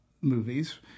movies